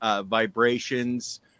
vibrations